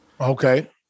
Okay